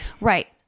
right